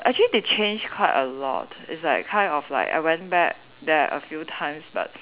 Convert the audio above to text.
err actually they change quite a lot it's like kind of like I went back there a few times but